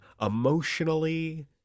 emotionally